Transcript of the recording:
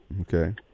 Okay